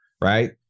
right